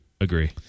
Agree